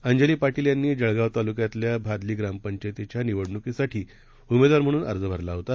अंजलीपाटीलयांनीजळगावतालुक्यातल्याभादलीप्रामपंचायतीच्यानिवडणुकीसाठीउमेदवारम्हणूनअर्जभरलाहोता